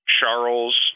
Charles